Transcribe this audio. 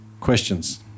questions